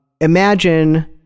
imagine